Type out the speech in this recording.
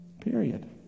Period